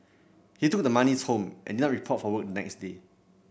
he took the monies home and not report for work the next day